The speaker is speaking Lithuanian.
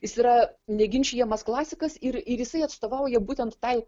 jis yra neginčijamas klasikas ir ir jisai atstovauja būtent tai